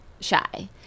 shy